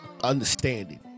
understanding